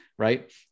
right